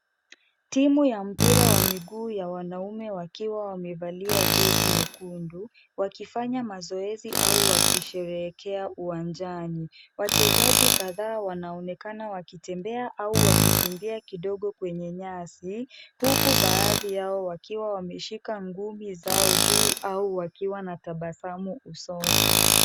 Timu ya mpira wa miguu ya wanaume wakiwa wamevalia jezi nyekundu, wakifanya mazoezi au wakisherehekea uwanjani. Wachezaji kadhaa wanaonekana wakitembea au wakikimbia kidogo kwenye nyasi, huku baadhi yao wakiwa wameshika nguvu zao juu au wakiwa na tabasamu usoni.